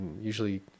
usually